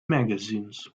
magazines